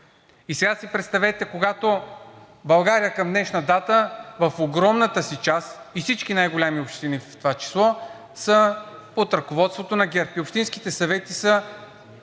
Сега си представете, когато България към днешна дата в огромната си част и всички най-големи общини в това число са под ръководството на ГЕРБ и общинските съвети са